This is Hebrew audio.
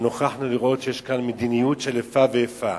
נוכחנו לראות שיש כאן מדיניות של איפה ואיפה.